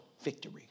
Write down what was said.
victory